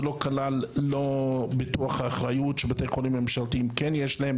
לא ביטוח ואחריות שלבתי חולים ממשלתיים כן יש,